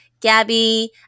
Gabby